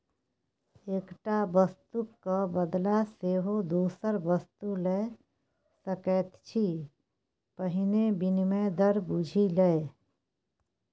एकटा वस्तुक क बदला सेहो दोसर वस्तु लए सकैत छी पहिने विनिमय दर बुझि ले